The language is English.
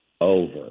over